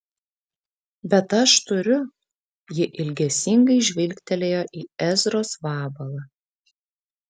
bet aš turiu ji ilgesingai žvilgtelėjo į ezros vabalą